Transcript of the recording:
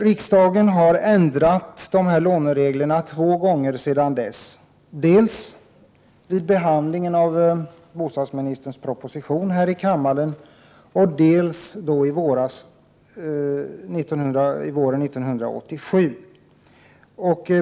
Riksdagen har ändrat lånereglerna två gånger sedan dess, dels vid behandlingen här i riksdagen av den tidigare åberopade propositionen från bostadsministern, dels våren 1987.